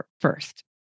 first